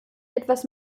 etwas